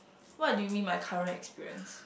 what do you mean by current experience